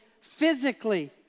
physically